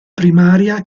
primaria